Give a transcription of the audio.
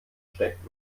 steckt